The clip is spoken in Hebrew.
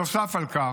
נוסף על כך,